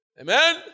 Amen